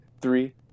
three